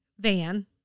Van